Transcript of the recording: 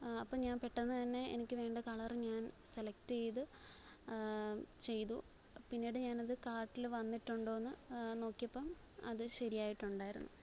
അപ്പോള് ഞാന് പെട്ടെന്നുതന്നെ എനിക്ക് വേണ്ട കളർ ഞാൻ സെലക്ടെയ്ത് ചെയ്തു പിന്നീട് ഞാനത് കാർട്ടില് വന്നിട്ടുണ്ടോന്ന് നോക്കിയപ്പോള് അത് ശരിയായിട്ടുണ്ടായിരുന്നു